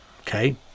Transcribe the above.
Okay